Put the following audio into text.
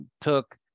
took